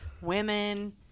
women